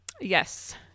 Yes